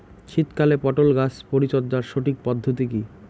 শীতকালে পটল গাছ পরিচর্যার সঠিক পদ্ধতি কী?